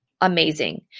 amazing